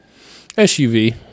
SUV